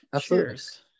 cheers